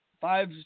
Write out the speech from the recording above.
Five